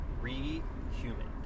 re-human